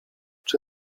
czy